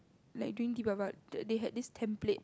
like during Deepavali they had this template